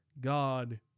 God